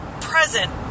present